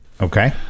Okay